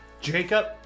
Jacob